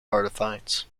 artifacts